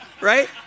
right